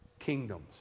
Kingdoms